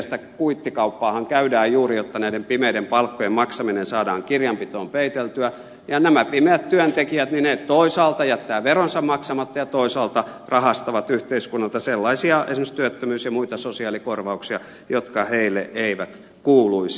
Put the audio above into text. sitä kuittikauppaahan käydään juuri jotta näiden pimeiden palkkojen maksaminen saadaan kirjanpitoon peiteltyä ja nämä pimeät työntekijät toisaalta jättävät veronsa maksamatta ja toisaalta rahastavat yhteiskunnalta sellaisia esimerkiksi työttömyys ja muita sosiaalikorvauksia jotka heille eivät kuuluisi